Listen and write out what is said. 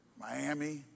Miami